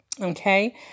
Okay